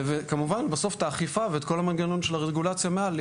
וכמובן בסוף את האכיפה ואת כל המנגנון של הרגולציה מעל,